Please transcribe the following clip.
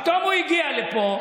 פתאום הוא הגיע לפה,